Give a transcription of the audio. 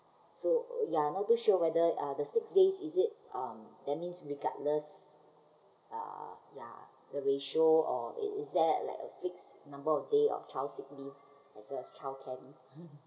so oh ya not too sure whether uh the six days is it um that means regardless uh ya the ratio of is it is there like a fixed number of days of child sick leave as well as childcare leave